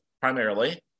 primarily